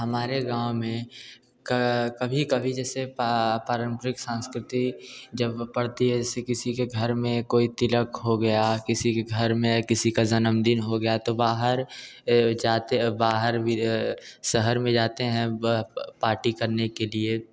हमारे गाँव में कभी कभी जैसे पा परम्परिक सांस्कृतिक जब पड़ती है जैसे किसी के घर में कोई तिलक हो गया किसी के घर में किसी का जन्मदिन हो गया तो बाहर जाते बाहर भी शहर में जाते हैं पार्टी करने के लिए